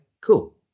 cool